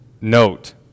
note